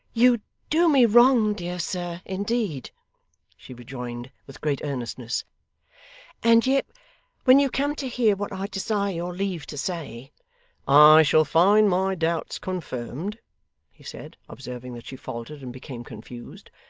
you do me wrong, dear sir, indeed she rejoined with great earnestness and yet when you come to hear what i desire your leave to say i shall find my doubts confirmed he said, observing that she faltered and became confused.